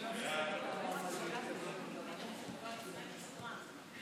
ההצעה להעביר את הצעת חוק לתיקון פקודת הכלבת (בידוד בעלי חיים),